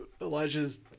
Elijah's